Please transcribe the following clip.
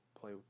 play